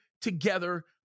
together